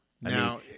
Now